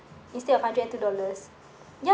instead of hundred and two dollars ya